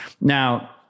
Now